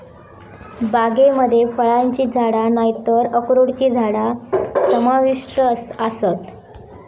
बागेमध्ये फळांची झाडा नायतर अक्रोडची झाडा समाविष्ट आसत